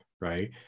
right